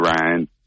Ryan